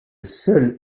seul